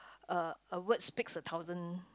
a a words speaks a thousand